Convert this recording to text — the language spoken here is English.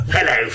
Hello